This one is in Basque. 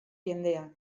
jendea